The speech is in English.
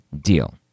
deal